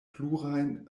plurajn